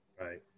Right